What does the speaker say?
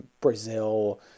Brazil